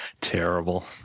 terrible